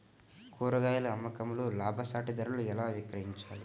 కూరగాయాల అమ్మకంలో లాభసాటి ధరలలో ఎలా విక్రయించాలి?